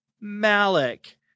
Malik